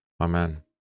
Amen